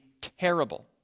terrible